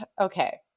okay